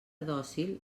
dòcil